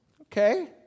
okay